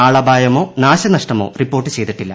ആളപായമോ നാശനഷ്ടമോ റിപ്പോർട്ട് ചെയ്തിട്ടില്ല